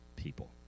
people